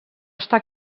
està